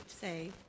say